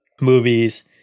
movies